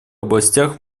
областях